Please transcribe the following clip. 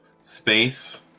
space